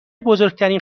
بزرگترین